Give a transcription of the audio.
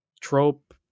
trope